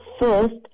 first